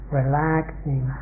relaxing